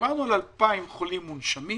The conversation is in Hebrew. דיברנו על 2,000 חולים מונשמים